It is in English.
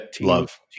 Love